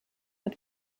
mit